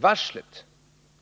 Varslet,